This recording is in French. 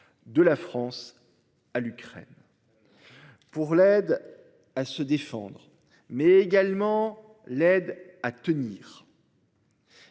De la France à l'Ukraine. Pour l'aide à se défendre mais également l'aide à tenir.